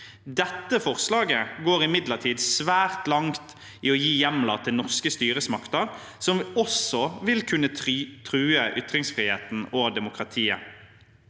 Dette forslaget går imidlertid svært langt i å gi hjemler til norske styresmakter som også vil kunne true ytringsfriheten og demokratiet.